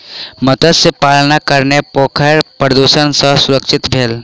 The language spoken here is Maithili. मत्स्य पालनक कारणेँ पोखैर प्रदुषण सॅ सुरक्षित भेल